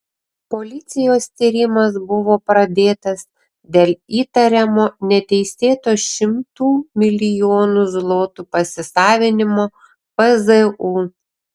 policijos tyrimas buvo pradėtas dėl įtariamo neteisėto šimtų milijonų zlotų pasisavinimo pzu